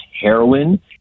heroin